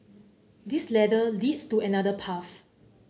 this ladder leads to another path